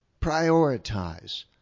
Prioritize